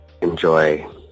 ...enjoy